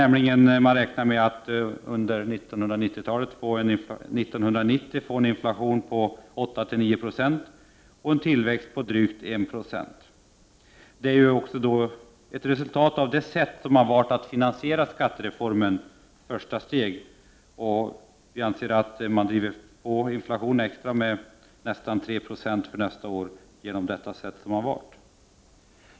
Man räknar nämligen med att inflationen 1990 blir 8 9 20 och tillväxten drygt 1 26. Detta är också ett resultat av det sätt på vilket man har valt att finansiera skattereformens första steg. Detta driver på inflationen extra med nästan 3 90 nästa år.